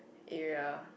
area